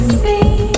see